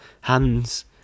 hands